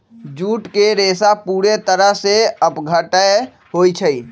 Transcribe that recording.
jute के रेशा पूरे तरह से अपघट्य होई छई